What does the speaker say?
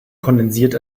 kondensiert